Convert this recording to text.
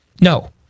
No